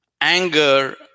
anger